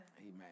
amen